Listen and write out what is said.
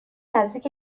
نزدیک